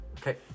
Okay